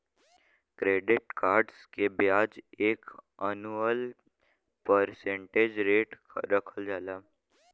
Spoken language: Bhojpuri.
क्रेडिट कार्ड्स के ब्याज के एनुअल परसेंटेज रेट रखल जाला